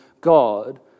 God